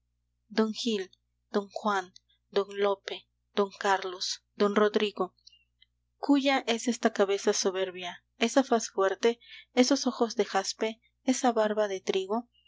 don gil don juan don lope don carlos don rodrigo cúya es esta cabeza soberbia esa faz fuerte esos ojos de jaspe esa barba de trigo